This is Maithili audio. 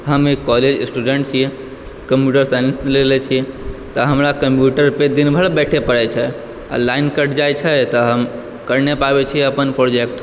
हम एक कॉलेज स्टुडेण्ट छी कम्प्युटर साइंस लेने छी तऽ हमरा कम्प्युटर पर दिन भरि कम्प्युटर पर बैठे पड़ै छै आ लाइन कटि जाइ छै तऽ हम नहि करि पाबै छी अपन प्रोजेक्ट्